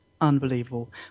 Unbelievable